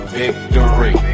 victory